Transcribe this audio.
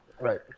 Right